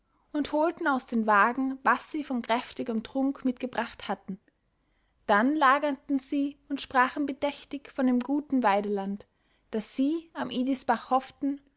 und holten aus den wagen was sie von kräftigem trunk mitgebracht hatten dann lagerten sie und sprachen bedächtig von dem guten weideland das sie am idisbach hofften